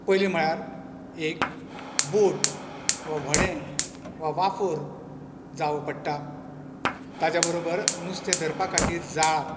पयली म्हळ्यार एक बॉट वा व्हडें वा वाफोर जावो पडटा ताचे बरोबर नुस्तें धरपा खातीर जाळ